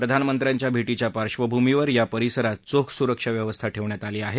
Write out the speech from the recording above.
प्रधानमंत्र्यांच्या भेटीच्या पार्श्वभूमीवर या परिसरात चोख सुरक्षा व्यवस्था ठेवण्यात आली आहे